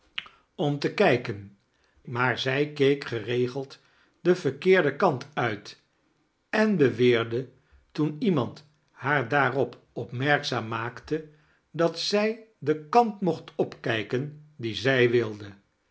om te kijken maar zij keek geregeld den verkeerden kant uit en beweerde toen iemand haar daarop opmerkzaam maakte dat zij den kant mooht opkijketn dien zij wilde